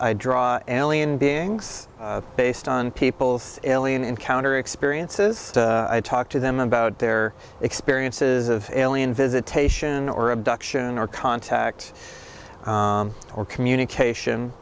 i draw ellie and beings based on people's alien encounter experiences i talk to them about their experiences of alien visitation or abduction or contact or communication